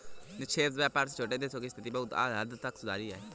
निष्पक्ष व्यापार से छोटे देशों की स्थिति बहुत हद तक सुधरी है